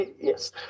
yes